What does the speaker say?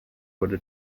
wurde